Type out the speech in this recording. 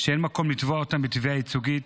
שאין מקום לתבוע אותם בתביעה ייצוגית.